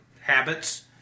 habits